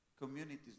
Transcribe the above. communities